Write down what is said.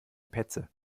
petze